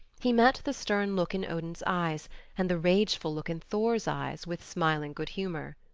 he met the stern look in odin's eyes and the rageful look in thor's eyes with smiling good humor.